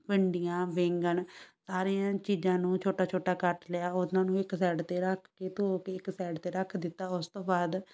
ਭਿੰਡੀਆਂ ਬੈਂਗਣ ਸਾਰੀਆਂ ਚੀਜ਼ਾਂ ਨੂੰ ਛੋਟਾ ਛੋਟਾ ਕੱਟ ਲਿਆ ਉਹਨਾਂ ਨੂੰ ਇੱਕ ਸਾਈਡ 'ਤੇ ਰੱਖ ਕੇ ਧੋ ਕੇ ਇੱਕ ਸਾਈਡ 'ਤੇ ਰੱਖ ਦਿੱਤਾ ਉਸ ਤੋਂ ਬਾਅਦ